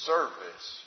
Service